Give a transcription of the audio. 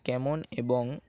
canon